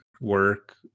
work